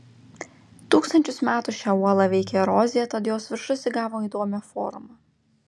tūkstančius metų šią uolą veikė erozija tad jos viršus įgavo įdomią formą